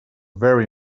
very